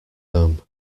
home